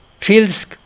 feels